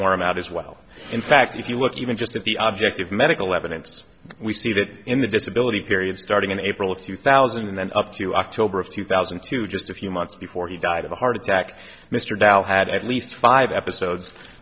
him out as well in fact if you look even just at the object of medical evidence we see that in the disability period starting in april of two thousand and then up to october of two thousand and two just a few months before he died of a heart attack mr dow had at least five episodes